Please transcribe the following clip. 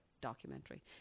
documentary